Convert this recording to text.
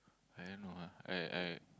I am what I am I am